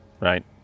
right